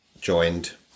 joined